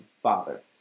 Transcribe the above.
father